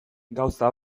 gauza